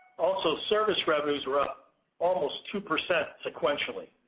also service revenues were up almost two percent sequentially.